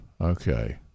Okay